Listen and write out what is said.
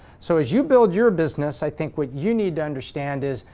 so as you build your business, i think what you need to understand is,